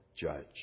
Judge